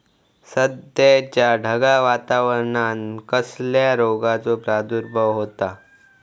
सध्याच्या ढगाळ वातावरणान कसल्या रोगाचो प्रादुर्भाव होता?